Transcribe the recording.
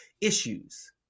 issues